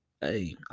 hey